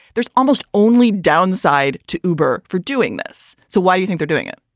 there's almost only downside to uber for doing this. so why you think they're doing it?